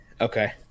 Okay